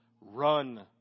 Run